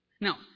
Now